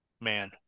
Man